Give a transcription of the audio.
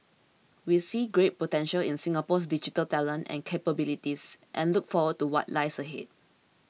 we see great potential in Singapore's digital talent and capabilities and look forward to what lies ahead